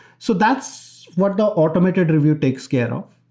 so that's what the automated review takes care of.